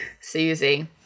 Susie